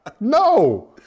No